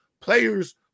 players